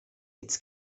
its